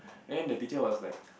and then the teacher was like